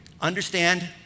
understand